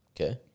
Okay